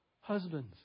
Husbands